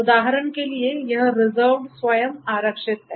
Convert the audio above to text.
उदाहरण के लिए यह reserved स्वयं आरक्षित है